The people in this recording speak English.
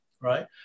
Right